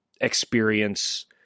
experience